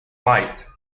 light